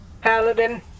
Paladin